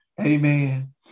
Amen